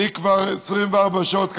אני כבר 24 שעות,